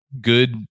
good